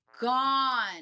gone